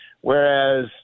Whereas